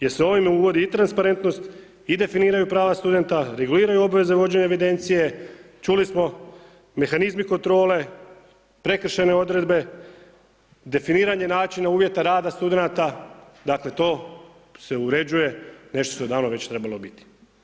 Jer se ovime uvodi i transparentnost i definiraju prava studenta, reguliraju obveze vođenja evidencije, čuli smo mehanizmi kontrole, prekršajne odredbe, definiranje načina uvjeta rada studenata dakle, to se uređuje nešto što je davno već trebalo biti.